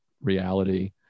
reality